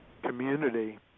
community